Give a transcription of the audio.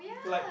like